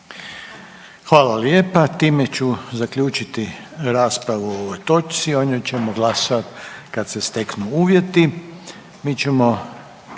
Hvala lijepa. Time ću zaključiti raspravu o ovoj točci, o njoj ćemo glasovati kad se steknu uvjeti.